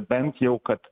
bent jau kad